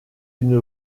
une